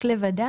רק לוודא,